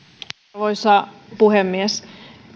arvoisa puhemies